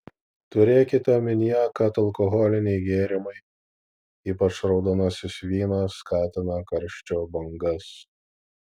turėkite omenyje kad alkoholiniai gėrimai ypač raudonasis vynas skatina karščio bangas